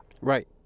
right